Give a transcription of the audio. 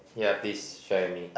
yeah please share with me